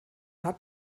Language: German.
hat